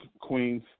Queens